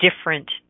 different